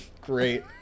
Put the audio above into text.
Great